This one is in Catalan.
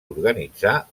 organitzar